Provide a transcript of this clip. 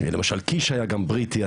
למשל קיש היה גם בריטי,